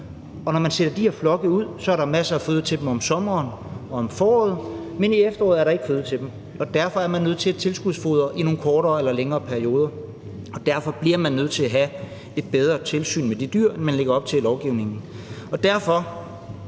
når man sætter de her flokke ud, om sommeren og om foråret er masser af føde til dem, så er der om efteråret ikke føde til dem, og man er derfor nødt til at tilskudsfodre i nogle kortere eller længere perioder, og derfor bliver man nødt til at have et bedre tilsyn med de dyr, end man lægger op til i lovgivningen. Derfor